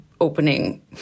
opening